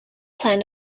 plan